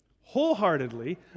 wholeheartedly